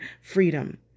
freedom